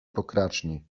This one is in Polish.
pokraczni